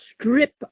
strip